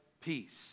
peace